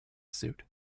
suit